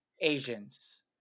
Asians